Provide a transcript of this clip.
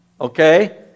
Okay